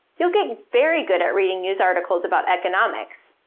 you'll get very good at reading news articles about economics,